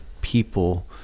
people